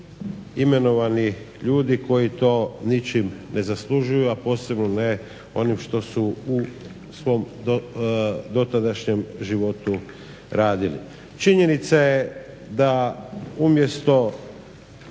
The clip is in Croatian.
imenovani ljudi koji to ničim ne zaslužuju, a posebno ne onim što su u svom dotadašnjem životu radili. Činjenica je da umjesto